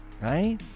right